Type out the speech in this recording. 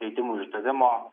leidimų išdavimo